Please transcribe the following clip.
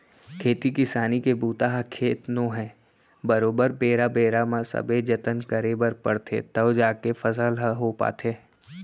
खेती किसानी के बूता ह खेत नो है बरोबर बेरा बेरा म सबे जतन करे बर परथे तव जाके फसल ह हो पाथे